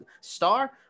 star